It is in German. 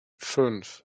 fünf